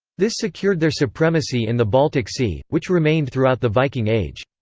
this secured their supremacy in the baltic sea, which remained throughout the viking age.